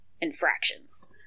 infractions